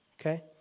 Okay